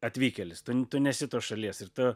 atvykėlis tu nesi tos šalies ir tu